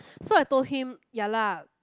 so I told him yea lah